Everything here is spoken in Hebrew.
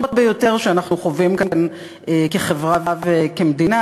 ביותר שאנחנו חווים כאן כחברה וכמדינה,